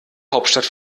hauptstadt